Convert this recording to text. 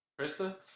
Krista